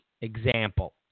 example